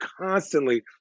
constantly